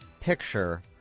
picture